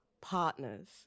partners